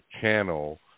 channel